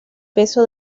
peso